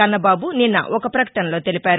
కన్నబాబు నిన్న ఒక ప్రకటనలో తెలిపారు